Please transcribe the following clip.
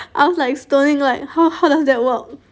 I was like stoning like how how does that work